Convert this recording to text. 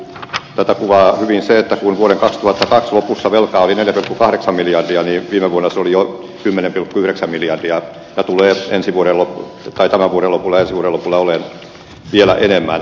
tuota kuvaa hyvin se että kun vuoden kasvattavat lopussa velkaa oli neljä pilkku kahdeksan miljardia ei viime vuonna se oli jo kymmenen pilkku yhdeksän miljardia tulee ensi vuoden aikana pudonnut tulee suru kun olen vielä enemmän